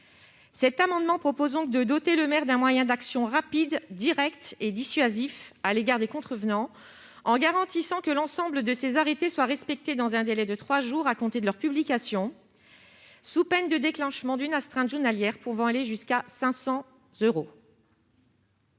Cet amendement vise à doter le maire d'un moyen rapide, direct et dissuasif pour agir à l'égard des contrevenants. Il s'agit de garantir que l'ensemble de ses arrêtés soient respectés dans un délai de trois jours à compter de leur publication sous peine du déclenchement d'une astreinte journalière pouvant aller jusqu'à 500 euros.